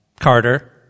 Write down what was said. Carter